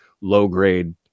low-grade